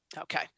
Okay